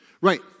Right